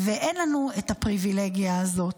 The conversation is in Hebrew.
ואין לנו את הפריבילגיה הזאת.